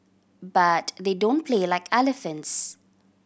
but they don't play like elephants